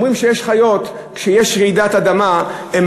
אומרים שיש חיות שכשיש רעידת אדמה הן